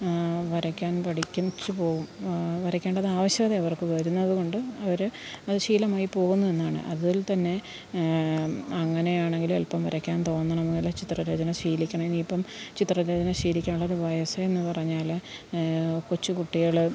വരയ്ക്കാന് പഠിക്കും ച്ച് പോവും വരയ്ക്കണ്ടത് ആവശ്യകത അവര്ക്ക് വരുന്നത് കൊണ്ട് അവര് അത് ശീലമായി പോകുന്നുവെന്നാണ് അതില്ത്തന്നെ അങ്ങനെയാണെങ്കില് അല്പം വരയ്ക്കാന് തോന്നണമെങ്കില് ചിത്രരചന ശീലിക്കണം ഇനിയിപ്പം ചിത്രരചന ശീലിക്കാനുള്ള ഒരു വയസ്സ് എന്ന് പറഞ്ഞാല് കൊച്ചുകുട്ടികള്